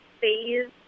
phase